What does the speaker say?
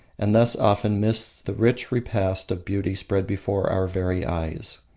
and thus often miss the rich repast of beauty spread before our very eyes.